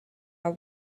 are